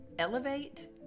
Elevate